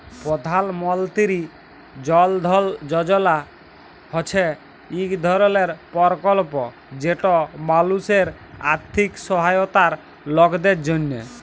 পধাল মলতিরি জল ধল যজলা হছে ইক ধরলের পরকল্প যেট মালুসের আথ্থিক সহায়তার লকদের জ্যনহে